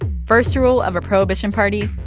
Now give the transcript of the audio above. first rule of a prohibition party,